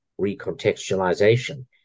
recontextualization